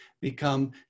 become